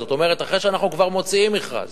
זאת אומרת, אחרי שאנחנו כבר מוציאים מכרז